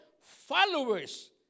followers